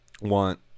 want